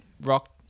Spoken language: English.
rock